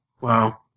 Wow